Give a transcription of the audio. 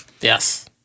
Yes